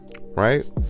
Right